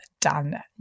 done